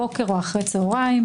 בוקר או אחר הצהריים,